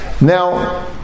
Now